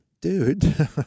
Dude